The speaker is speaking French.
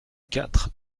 quatre